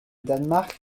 danemark